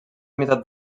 meitat